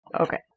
Okay